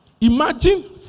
imagine